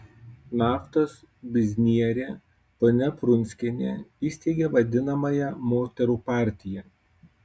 naftos biznierė ponia prunskienė įsteigė vadinamąją moterų partiją